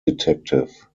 detective